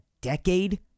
decade